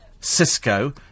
Cisco